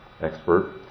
expert